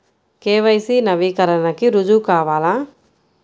KYC నవీకరణకి రుజువు కావాలా?